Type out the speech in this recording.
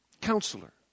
Counselor